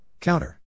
Counter